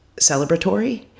celebratory